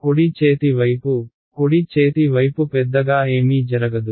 కుడి చేతి వైపు కుడి చేతి వైపు పెద్దగా ఏమీ జరగదు